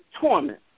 torment